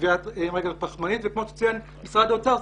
וכמו שציין משרד האוצר,